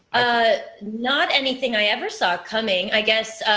ah not anything i ever saw coming. i guess,